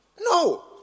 No